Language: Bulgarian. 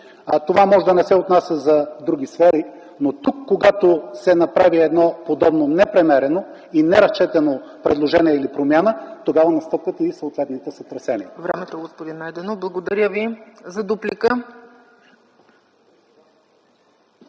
Това може да не се отнася за други сфери, но тук, когато се направи едно подобно непремерено и неразчетено предложение или промяна, тогава настъпват и съответните сътресения. ПРЕДСЕДАТЕЛ ЦЕЦКА ЦАЧЕВА: Благодаря Ви. За дуплика.